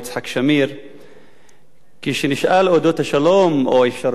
כשנשאל על אודות השלום או אפשרויות של להשיג שלום עם